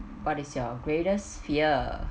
what is your greatest fear